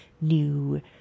new